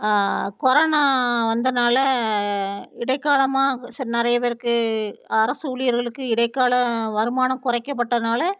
corona வந்ததால இடைக்காலமாக சேர் நிறைய பேருக்கு அரசு ஊழியர்களுக்கு இடைக்கால வருமானம் குறைக்கப்பட்டனால